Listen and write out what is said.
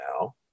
now